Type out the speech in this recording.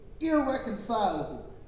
irreconcilable